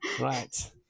right